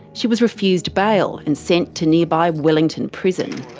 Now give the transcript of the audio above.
she was refused bail and sent to nearby wellington prison.